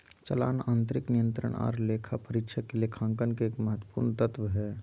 चालान आंतरिक नियंत्रण आर लेखा परीक्षक के लेखांकन के एक महत्वपूर्ण तत्व हय